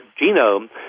genome